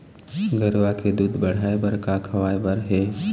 गरवा के दूध बढ़ाये बर का खवाए बर हे?